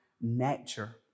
nature